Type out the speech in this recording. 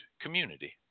community